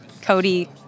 Cody